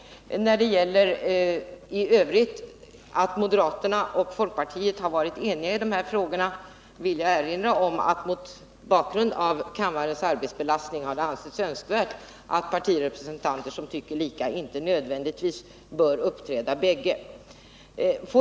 När det i övrigt gäller att moderaterna och folkpartiet har varit eniga i dessa frågor vill jag erinra om att det mot bakgrund av kammarens arbetsbelastning har ansetts önskvärt att partirepresentanter som tycker lika inte nödvändigtvis måste uppträda båda.